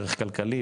ערך כלכלי,